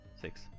six